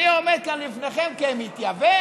אני עומד כאן לפניכם כמתייוון?